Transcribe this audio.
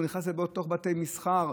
הוא נכנס לתוך בתי מסחר,